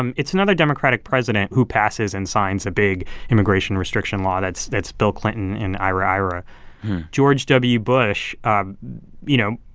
um it's another democratic president who passes and signs a big immigration restriction law. that's that's bill clinton and iirira. george w. bush ah you know,